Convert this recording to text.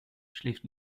schläft